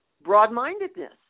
broad-mindedness